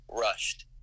rushed